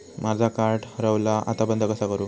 माझा कार्ड हरवला आता बंद कसा करू?